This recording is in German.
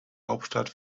hauptstadt